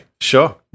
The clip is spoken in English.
sure